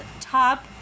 top